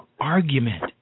argument